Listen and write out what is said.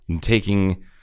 taking